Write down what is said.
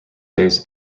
days